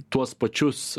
tuos pačius